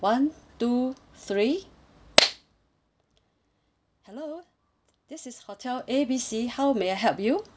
one two three hello this is hotel A B C how may I help you